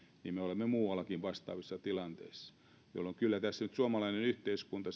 niin me olemme muuallakin vastaavassa tilanteessa jolloin kyllä tässä nyt suomalainen yhteiskunta